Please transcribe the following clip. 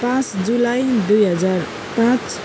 पाँच जुलाई दुई हजार पाँच